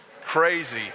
crazy